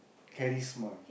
charisma